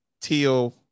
teal